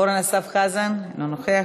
אורן אסף חזן, אינו נוכח.